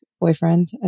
boyfriend